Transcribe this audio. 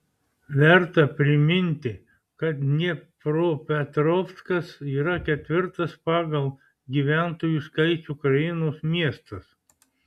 verta priminti kad dniepropetrovskas yra ketvirtas pagal gyventojų skaičių ukrainos miestas